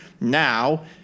Now